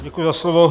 Děkuji za slovo.